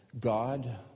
God